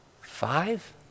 five